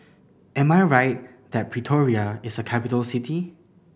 am I right that Pretoria is a capital city